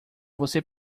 você